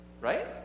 Right